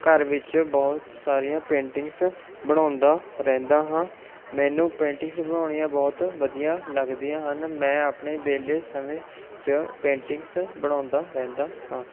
ਘਰ ਵਿੱਚ ਬਹੁਤ ਸਾਰੀਆਂ ਪੇਂਟਿੰਗਸ ਬਣਾਉਂਦਾ ਰਹਿੰਦਾ ਹਾਂ ਮੈਨੂੰ ਪੇਂਟਿੰਗਸ ਬਣਾਉਣੀਆਂ ਬਹੁਤ ਵਧੀਆ ਲੱਗਦੀਆਂ ਹਨ ਮੈਂ ਆਪਣੇ ਵਿਹਲੇ ਸਮੇਂ 'ਚ ਪੇਂਟਿੰਗਸ ਬਣਾਉਂਦਾ ਰਹਿੰਦਾ ਹਾਂ